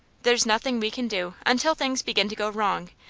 there's nothing we can do, until things begin to go wrong,